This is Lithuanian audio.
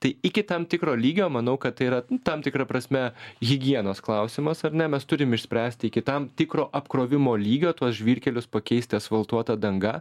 tai iki tam tikro lygio manau kad tai yra tam tikra prasme higienos klausimas ar ne mes turim išspręsti iki tam tikro apkrovimo lygio tuos žvyrkelius pakeisti asfaltuota danga